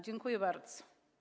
Dziękuję bardzo.